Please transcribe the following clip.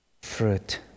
fruit